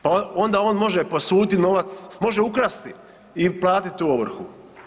Pa onda on može posuditi novac, može ukrasti i platit tu ovrhu.